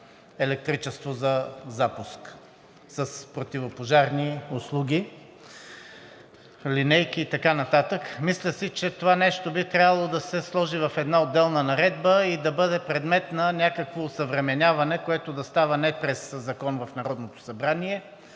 електричество за запуск, с противопожарни услуги, линейки и т.н. Мисля си, че това нещо би трябвало да се сложи в една отделна наредба и да бъде предмет на някакво осъвременяване, което да става не през закон в Народното събрание,